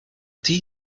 tea